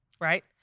right